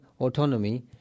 autonomy